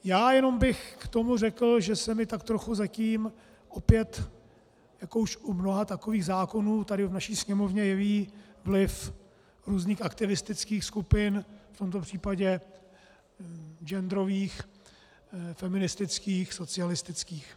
Já jenom bych k tomu řekl, že se mi tak trochu zatím opět, jako už mnoha takových zákonů tady v naší Sněmovně, jeví vliv různých aktivistických skupin, v tomto případě genderových, feministických, socialistických.